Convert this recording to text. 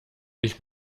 ich